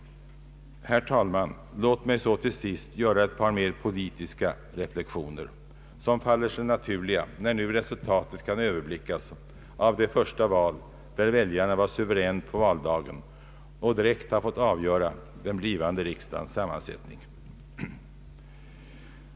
Herr talman! Låt mig så till sist göra ett par mer politiska reflektioner, som faller sig naturliga när nu resultatet kan överblickas av det första val där väljaren varit suverän och på valdagen direkt har fått avgöra den blivande riksdagens sammansättning.